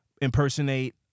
impersonate